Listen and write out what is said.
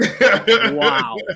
Wow